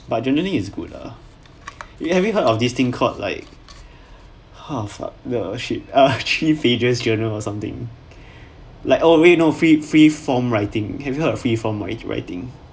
but journaling is good ah you having heard of this thing called like half ah the ship err three pages journal or something like oh wait no free free form writing have you heard of free form write writing